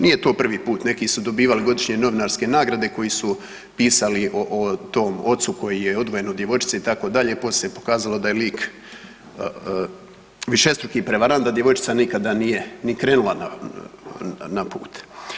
Nije to prvi put, neki su dobivali godišnje novinarske nagrade koji su pisali o tom ocu koji je odvojen od djevojčice itd., poslije se pokazalo da je lik višestruki prevarant, da djevojčica nikada nije ni krenula na put.